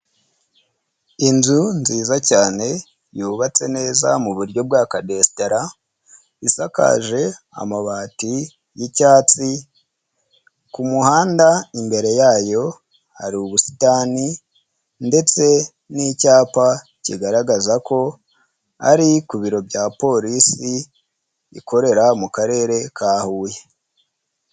Inzu nziza cyane yubatse neza mu buryo bwa kadesitara isakaje amabati y'icyatsi, ku muhanda imbere yayo hari ubusitani ndetse n'icyapa kigaragaza ko ari ku biro bya polisi ikorera mu karere ka Huye.